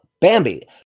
Bambi